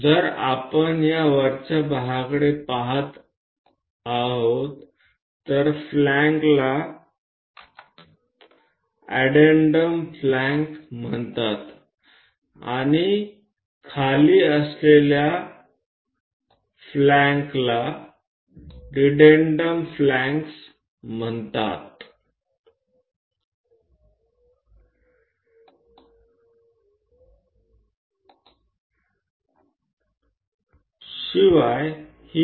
વધારામાં જો આપણે આ ઉપરના ભાગ તરફ જોઈએ તો તે ફ્લેંક્સને એડેંડમ ફ્લેંક્સ અને નીચેની ફ્લેંક્સને ડિડેંડમ ફ્લેંક્સ તરીકે બોલાવવામાં આવે છે